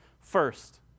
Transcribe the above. First